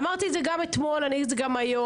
אמרתי את זה אתמול ואני אגיד את זה גם היום.